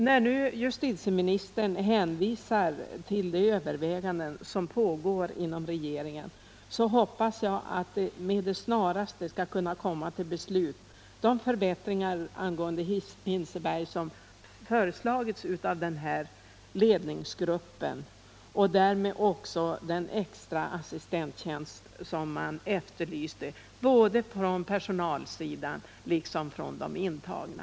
När nu justitieministern hänvisar till de överväganden som pågår inom regeringen hoppas jag att man med det snaraste skall kunna komma till beslut rörande de förbättringar på Hinseberg som föreslagits av ledningsgruppen och därmed också då det gäller den extra assistenttjänst som efterlysts både från personalsidan och från intagna.